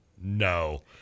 No